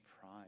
pride